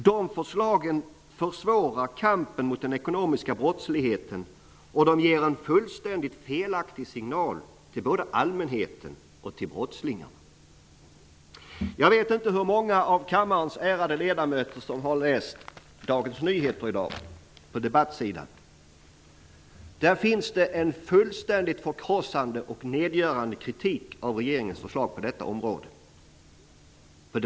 De försvårar kampen mot den ekonomiska brottsligheten, och de ger en fullständigt felaktig signal till både allmänheten och brottslingarna. Jag vet inte hur många av kammarens ärade ledamöter som läst Dagens Nyheters debattsida i dag. Där framförs en fullständigt nedgörande och förkrossande kritik av regeringens förslag på detta område.